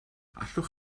allwch